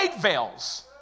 veils